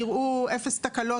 יראו אפס תקלות,